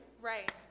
Right